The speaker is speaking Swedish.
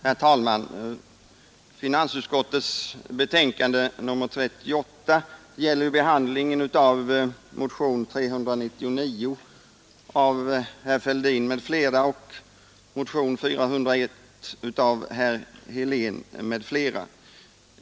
Herr talman! Finansutskottets betänkande nr 38 gäller behandlingen av motionen 399 av herr Fälldin m.fl. och motionen 401 av herr Helén m.fl.